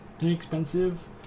inexpensive